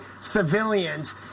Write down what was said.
civilians